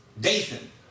Dathan